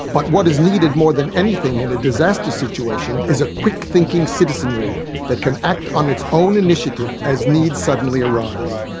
but what is needed more than anything in a disaster situation is a quick thinking citizenry that can act on its own initiative as needs suddenly arise.